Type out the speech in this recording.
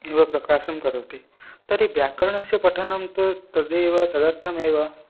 इव प्रकाशं करोति तर्हि व्याकरणस्य पठनं तु तदेव तदर्थमेव